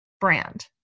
brand